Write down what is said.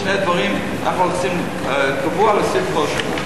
שני דברים שאנחנו רוצים, קבוע, להוסיף עוד.